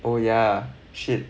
oh yeah shit